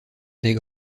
des